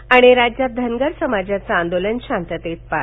आणि राज्यात धनगर समाजाचं आंदोलन शांततेत पार